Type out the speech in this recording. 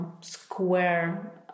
square